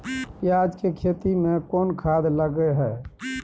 पियाज के खेती में कोन खाद लगे हैं?